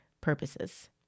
purposes